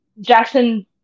Jackson